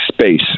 Space